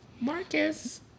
Marcus